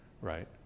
Right